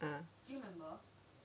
(uh huh)